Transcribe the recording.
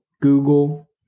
Google